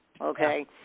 Okay